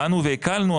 באנו והקלנו,